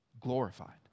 glorified